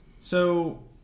So-